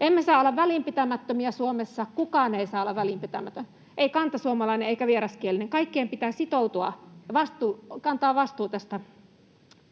Emme saa olla välinpitämättömiä Suomessa, kukaan ei saa olla välinpitämätön, ei kantasuomalainen eikä vieraskielinen. Kaikkien pitää sitoutua kantamaan vastuu